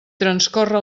transcorre